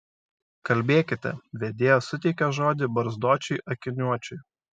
kalbėkite vedėja suteikė žodį barzdočiui akiniuočiui